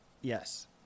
Yes